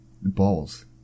balls